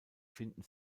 finden